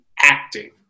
acting